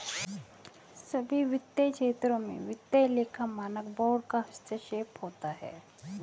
सभी वित्तीय क्षेत्रों में वित्तीय लेखा मानक बोर्ड का हस्तक्षेप होता है